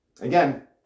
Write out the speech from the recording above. Again